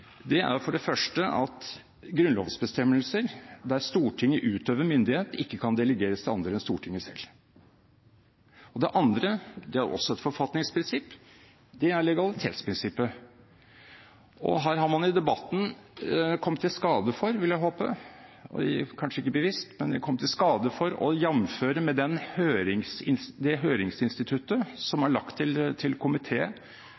prinsippene er for det første at grunnlovsbestemmelser der Stortinget utøver myndighet, ikke kan delegeres til andre enn Stortinget selv. Det andre er også et forfatningsprinsipp. Det er legalitetsprinsippet. Her har man i debatten kommet i skade for – ikke bevisst, vil jeg håpe – å jamføre med det høringsinstituttet som er lagt til